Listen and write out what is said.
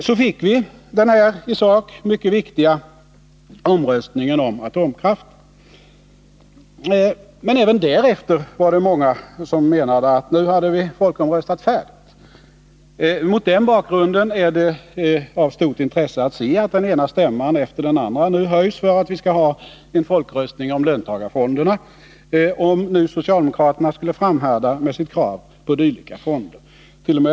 Så fick vi den i sak mycket viktiga omröstningen om atomkraften. Men även därefter var det många som menade, att nu hade vi folkomröstat färdigt. Mot den bakgrunden är det av stort intresse att se att den ena stämman efter den andra nu höjs för att vi skall ha en folkomröstning om löntagarfonderna, om nu socialdemokraterna skulle framhärda med sitt krav på dylika fonder. T. o. m.